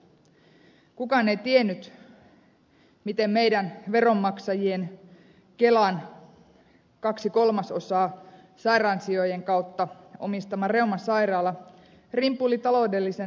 kukaan ei tiennyt miten meidän veronmaksajien kelan kaksi kolmasosaa sairaansijojen kautta omistama reumasairaala rimpuili taloudellisen matalaliidon partaalla